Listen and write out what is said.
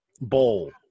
bowl